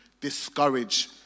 discourage